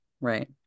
Right